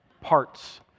parts